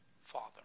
Father